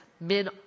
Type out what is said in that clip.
men